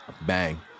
Bang